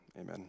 Amen